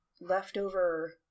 leftover